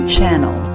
Channel